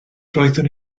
roeddwn